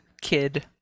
kid